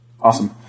awesome